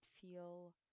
feel